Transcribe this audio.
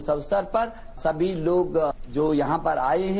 इस अवसर पर सभी लोग जो यहां पर आए हैं